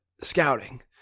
scouting